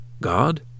God